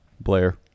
Blair